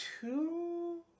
two